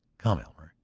come, elmer,